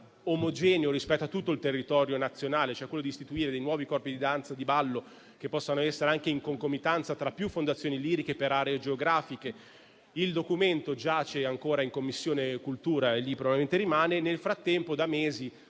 omogeneo rispetto a tutto il territorio nazionale, cioè quello di istituire dei nuovi corpi di danza o di ballo che possano essere anche in concomitanza tra più fondazioni liriche per aree geografiche. Il documento giace ancora in Commissione cultura e lì probabilmente rimarrà. Nel frattempo, ormai